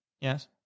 Yes